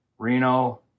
Reno